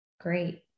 Great